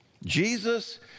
Jesus